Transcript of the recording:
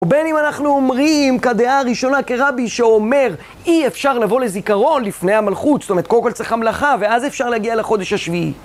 ובין אם אנחנו אומרים כדעה ראשונה, כרבי שאומר, אי אפשר לבוא לזיכרון לפני המלכות, זאת אומרת, קודם כל צריך המלאכה ואז אפשר להגיע לחודש השביעי.